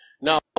Now